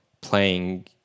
playing